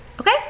okay